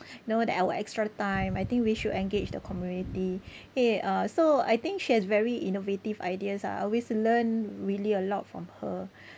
know the our extra time I think we should engage the community !hey! uh so I think she has very innovative ideas ah I always learn really a lot from her